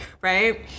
right